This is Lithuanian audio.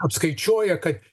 apskaičiuoja kad